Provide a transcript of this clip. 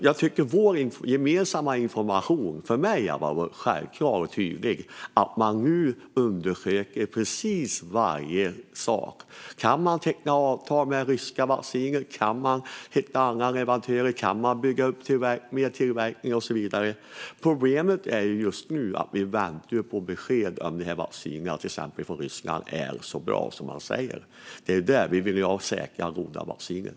Jag tycker att vår gemensamma information har varit självklar och tydlig för mig, att man nu undersöker precis varje sak. Kan man teckna avtal om ryska vacciner? Kan man hitta andra leverantörer? Kan man bygga upp mer tillverkning och så vidare? Problemet just nu är att vi väntar på besked om till exempel vaccinet från Ryssland är så bra som sägs. Vi vill ha säkra och goda vacciner.